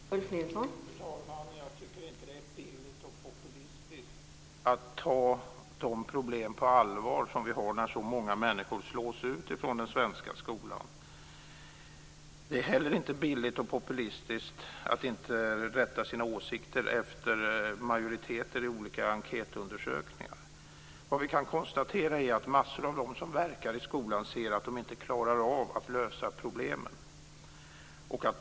Fru talman! Jag tycker inte att det är billigt och populistiskt att ta de problem på allvar som vi har när så många människor slås ut från den svenska skolan. Det är heller inte billigt och populistiskt att inte rätta sina åsikter efter majoriteter i olika enkätundersökningar. Vad vi kan konstatera är att massor av dem som verkar i skolan säger att de inte klarar av att lösa problemen.